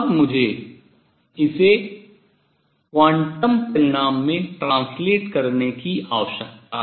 अब मुझे इसे क्वांटम परिणाम में translate बदलना करने की आवश्यकता है